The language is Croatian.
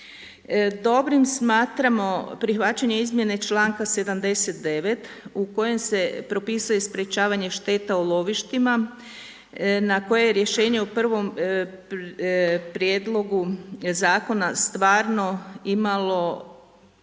Dobrim smatramo, prihvaćanje izmjene članka 79. u kojem se propisuje sprječavanje šteta u lovištima na koje je rješenje o prvom prijedlogu zakona stvarno imalo,